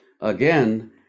again